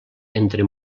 entre